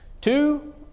two